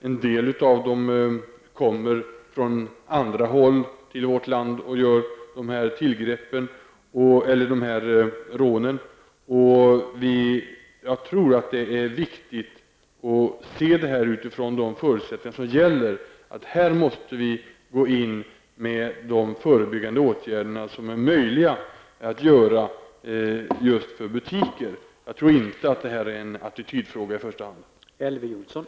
En del av dem som gör de här tillgreppen eller rånen kommer utifrån till vårt land, och jag tror att det är viktigt att se till de förutsättningar som gäller. Vi måste gå in med de förebyggande åtgärder som är möjliga att vidta just för butiker. Jag tror inte att det här i första hand är en attitydfråga.